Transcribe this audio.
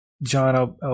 John